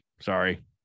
Sorry